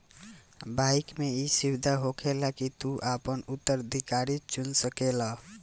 bike मे ई सुविधा होखेला की तू आपन उत्तराधिकारी चुन सकेल